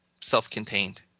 self-contained